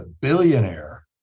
billionaire